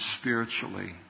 spiritually